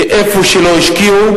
שאיפה שלא השקיעו,